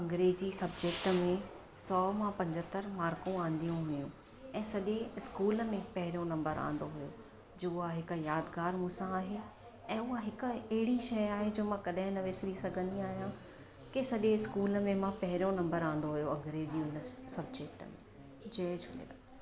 अंग्रेज़ी सब्जैक्ट में सौ मां पंजहतरि मार्कूं आंदियूं हुयूं ऐं सॼे इस्कूलु में पहिरियों नंबर आंदो हुयो जो आहे हिकु यादिगारि मूं सां आहे ऐं उहा हिकु अहिड़ी शइ आहे जो मां कॾहिं न विसिरी सघंदी आहियां कि सॼे इस्कूलु में मां पहिरियों नंबर आंदो हुयो अंग्रेज़ी हुन सब्जैक्ट में जय झूलेलाल